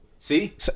See